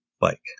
bike